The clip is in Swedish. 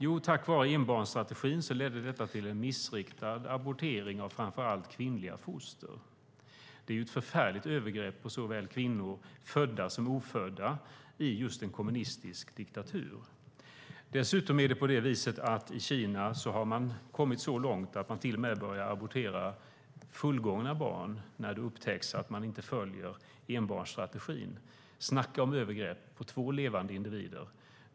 Jo, ettbarnsstrategin ledde till missriktad abortering av framför allt kvinnliga foster. Det är ju ett förfärligt övergrepp på kvinnor, såväl födda som ofödda, i en kommunistisk diktatur. Dessutom har man i Kina gått så långt att man till och med har börjat abortera fullgångna barn när det upptäcks att någon inte följer ettbarnsstrategin. Snacka om övergrepp på två levande individer!